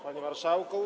Panie Marszałku!